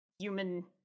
human